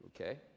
okay